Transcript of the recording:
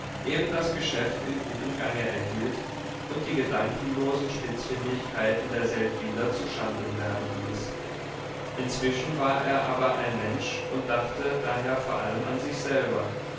eben das geschäft in gutem gange erhielt und die gedankenlosen spitzfindigkeiten der seldwyler zu schanden werden ließ inzwischen war er aber ein mensch und dachte daher vor allem an sich selber